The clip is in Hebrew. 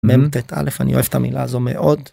מטא, אני אוהב את המילה הזו מאוד.